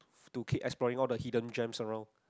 to keep exploring all the hidden drains along